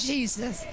Jesus